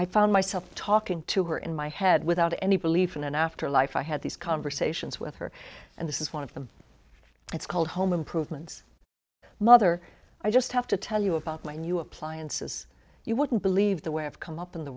i found myself talking to her in my head without any belief in an afterlife i had these conversations with her and this is one of them it's called home improvements mother i just have to tell you about my new appliances you wouldn't believe the way i've come up in the